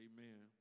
Amen